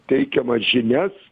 teikiamas žinias